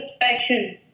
passion